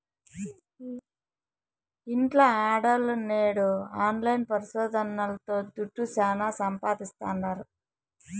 ఇంట్ల ఆడోల్లు నేడు ఆన్లైన్ పరిశోదనల్తో దుడ్డు శానా సంపాయిస్తాండారు